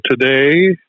today